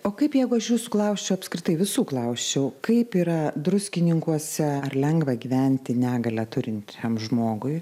o kaip jeigu aš jūsų klausčiau apskritai visų klausčiau kaip yra druskininkuose ar lengva gyventi negalią turinčiam žmogui